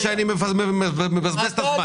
אתה חושב שאני מבזבז את הזמן שלך?